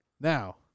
Now